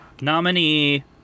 Nominee